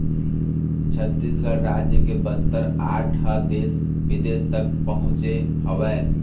छत्तीसगढ़ राज के बस्तर आर्ट ह देश बिदेश तक पहुँचे हवय